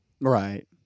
Right